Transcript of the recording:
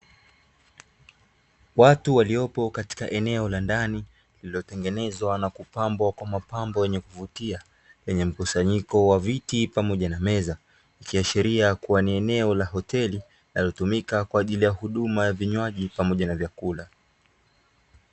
Watu waliopo katika eneo la ndani, lililotengenezwa na kupambwa kwa mapambo yenye kuvutia, yenye mkusanyiko wa viti pamoja na meza, ikiashiria kuwa ni eneo la hoteli linalotumika kwa ajili ya huduma ya vinywaji pamoja na vyakula.